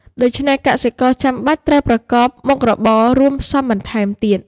ដូច្នេះកសិករចាំបាច់ត្រូវប្រកបមុខរបររួមផ្សំបន្ថែមទៀត។